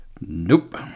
Nope